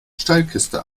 steilküste